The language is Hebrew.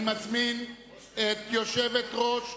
אני מזמין את יושבת-ראש,